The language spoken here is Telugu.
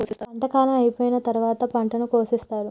పంట కాలం అయిపోయిన తరువాత పంటను కోసేత్తారు